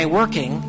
working